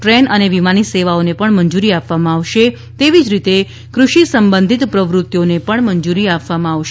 train અને વિમાની સેવાઓને પણ મંજૂરી આપવામાં આવશે તેવી જ રીતે કૃષિ સંબંધિત પ્રવૃતિઓને પણ મંજૂરી આપવામાં આવશે